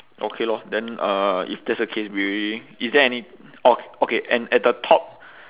okay lor then uh if that's the case we already is there any orh okay and at the top